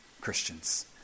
Christians